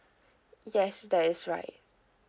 yes that is right